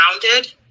grounded